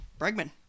Bregman